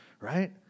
right